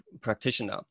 practitioner